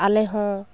ᱟᱞᱮ ᱦᱚᱸ